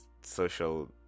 social